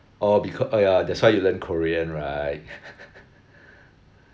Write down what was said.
oh becau~ oh ya that's why you learn korean right